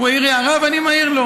הוא העיר הערה ואני מעיר לו.